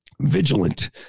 vigilant